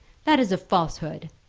that is a falsehood.